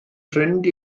ffrind